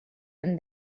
and